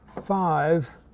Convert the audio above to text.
five